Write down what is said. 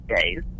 days